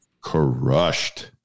crushed